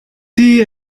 die